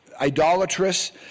idolatrous